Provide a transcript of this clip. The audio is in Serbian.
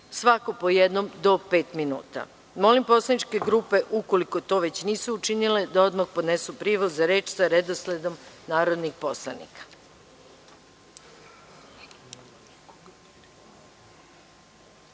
svako po jednom, do pet minuta. Molim poslaničke grupe, ukoliko to već nisu učinile, da odmah podnesu prijave za reč sa redosledom narodnih poslanika. Pošto